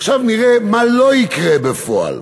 עכשיו נראה מה לא יקרה בפועל.